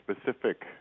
specific